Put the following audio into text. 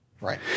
Right